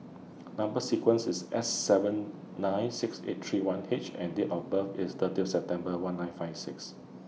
Number sequence IS S seven nine six eight three one H and Date of birth IS thirtieth September one nine five six